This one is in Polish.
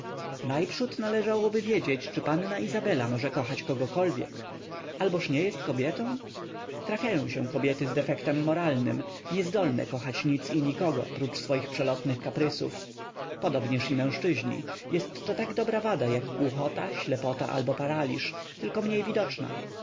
najprzód należałoby wiedzieć czy panna izabela może kochać kogokolwiek alboż nie jest kobietą trafiają się kobiety z defektem moralnym nie zdolne kochać nic i nikogo prócz swoich przelotnych kaprysów podobnież i mężczyźni jestto tak dobra wada jak głuchota ślepota albo paraliż tylko mniej widoczna